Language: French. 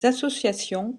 associations